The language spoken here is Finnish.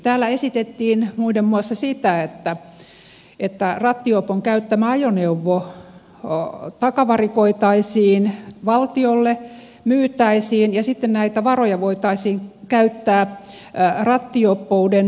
täällä esitettiin muiden muassa sitä että rattijuopon käyttämä ajoneuvo takavarikoitaisiin valtiolle myytäisiin ja sitten näitä varoja voitaisiin käyttää rattijuoppouden uhrien hyväksi